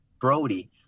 Brody